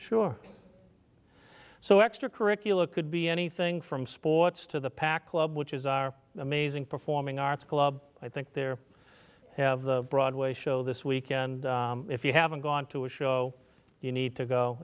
sure so extracurricular could be anything from sports to the pac club which is our amazing performing arts club i think they're have the broadway show this weekend if you haven't gone to a show you need to go